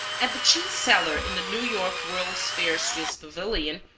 at the cheese cellar in the new york world's fair swiss pavilion,